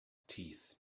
teeth